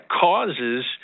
causes